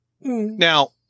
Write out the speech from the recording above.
Now